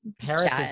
Paris